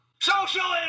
Socialism